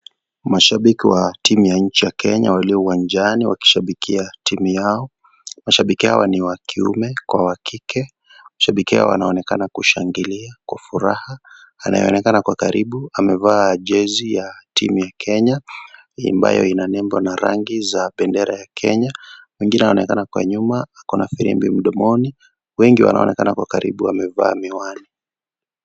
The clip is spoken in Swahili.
Mashabiki wa timu ya nchi ya Kenya walio uwanjani wakishabikia timu yao, mashabiki hawa ni wa kiume kwa wa kike mashabiki hawa wanaonekana kushangilia kwa furaha. Anayeonekana kwa karibu amevaa jezi ya timu ya Kenya ambayo ina nembo na rangi za bendera ya Kenya, wengine wanaonekana kwa nyuma kuna firimbi mdomoni wengi wanaonekanakwa karibu wamevaa miwani.